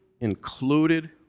included